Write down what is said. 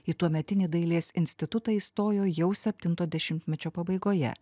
į tuometinį dailės institutą įstojo jau septinto dešimtmečio pabaigoje